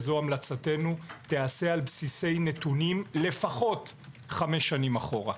זו המלצתנו יעשה על בסיסי נתונים לפחות 5 שנים אחורה.